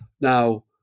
Now